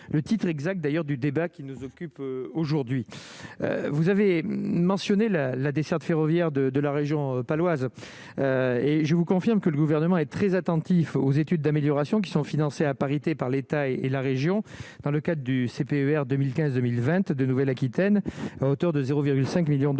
le titre exact d'ailleurs du débat qui nous occupe aujourd'hui, vous avez mentionné la la desserte ferroviaire de de la région paloise et je vous confirme que le gouvernement est très attentif aux études d'améliorations qui sont financés à parité par l'État et la région dans le cas du CPER 2015, 2020 de nouvelle Aquitaine à hauteur de 0,5 millions de